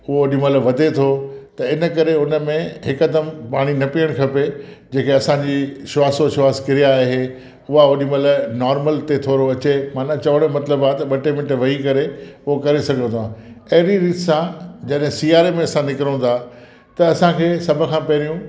उहो ओॾीमहिल वधे थो त इन करे हुन में हिकदमि पाणी न पीअण खपे जेके असांजी श्वास अश्वास क्रिया आहे उहा ओॾीमहिल नॉर्मल ते थोरो अचे माना चवण जो मतिलबु आहे त ॿ टे मिंट वेही करे पोइ करे सघूं था अहिड़ी रीति सां जॾहिं सियारे में असां निकिरूं था त असांखे सभु खां पहिरियों